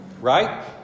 right